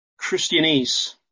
Christianese